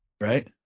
Right